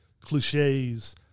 cliches